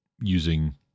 using